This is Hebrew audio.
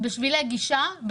בשבילי גישה,